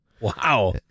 Wow